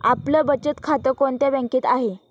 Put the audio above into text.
आपलं बचत खातं कोणत्या बँकेत आहे?